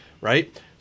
right